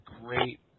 great